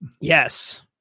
Yes